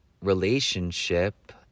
relationship